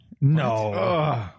No